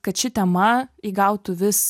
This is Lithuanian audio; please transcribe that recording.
kad ši tema įgautų vis